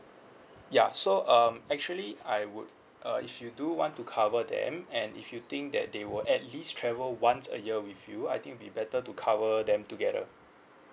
ya so um actually I would uh if you do want to cover them and if you think that they would at least travel once a year with you I think it'll be better to cover them together